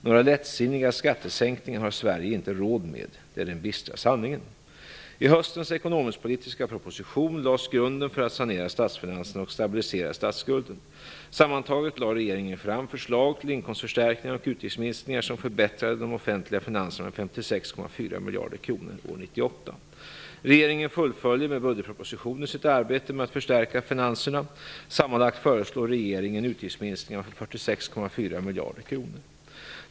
Några lättsinniga skattesänkningar har Sverige inte råd med. Det är den bistra sanningen. I höstens ekonomisk-politiska proposition lades grunden för att sanera statsfinanserna och stabilisera statsskulden. Sammantaget lade regeringen fram förslag till inkomstförstärkningar och utgiftsminskningar som förbättrar de offentliga finanserna med 56,4 miljarder kronor år 1998. Regeringen fullföljer med budgetpropositionen sitt arbete med att förstärka finanserna. Sammanlagt föreslår regeringen utgiftsminskningar på 46,4 miljarder kronor.